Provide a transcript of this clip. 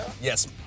Yes